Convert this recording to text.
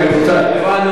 אוקיי, רבותי.